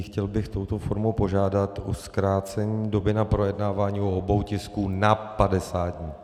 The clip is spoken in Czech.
Chtěl bych touto formou požádat o zkrácení doby na projednávání u obou tisků na 50 dní.